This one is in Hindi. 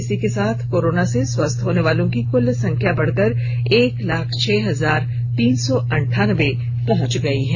इसी के साथ कोरोना से स्वस्थ होनेवालों की कुल संख्या बढ़कर एक लाख छह हजार तीन सौ अंठानवे पहुंच गई है